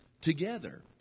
together